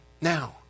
Now